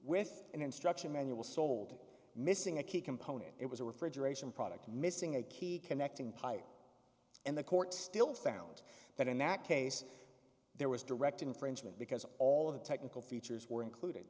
with an instruction manual sold missing a key component it was a refrigeration product missing a key connecting pipe and the court still found that in that case there was direct infringement because all of the technical features were includ